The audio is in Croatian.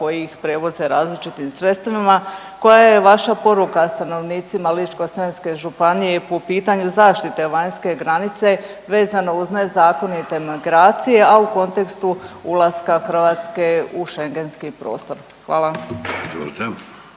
koji ih prevoze različitim sredstvima. Koja je vaša poruka stanovnicima Ličko-senjske županije po pitanju zaštite vanjske granice vezano uz nezakonite migracije, a u kontekstu ulaska Hrvatske u Schengenski prostor? Hvala.